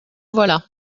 voilà